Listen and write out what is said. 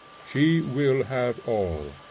she will have all.